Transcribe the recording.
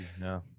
No